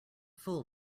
fool